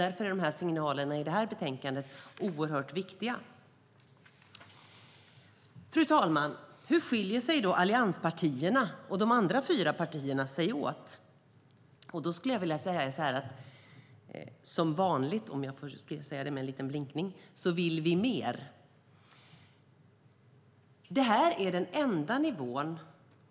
Därför är signalerna i det här betänkandet oerhört viktiga. Fru talman! Hur skiljer sig då allianspartierna och de andra fyra partierna åt? Vi i allianspartierna vill - som vanligt, säger jag med en blinkning - mer.